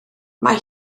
mae